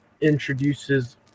introduces